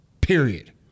period